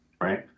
right